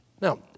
Now